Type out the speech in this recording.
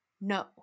no